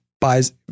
buys